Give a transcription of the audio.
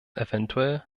eventuell